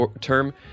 term